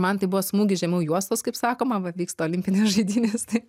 man tai buvo smūgis žemiau juostos kaip sakoma va vyksta olimpinės žaidynės tai